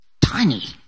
Tiny